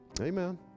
Amen